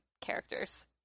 characters